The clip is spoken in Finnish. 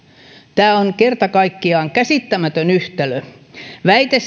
tämä on kerta kaikkiaan käsittämätön yhtälö väite